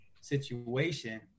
situation